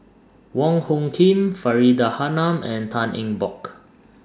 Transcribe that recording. Wong Hung Khim Faridah Hanum and Tan Eng Bock